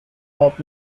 helped